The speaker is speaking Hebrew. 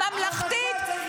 מי הולך כל הזמן ללוויות?